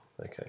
okay